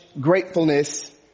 gratefulness